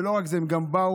ולא רק זה, הם גם באו,